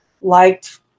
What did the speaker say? liked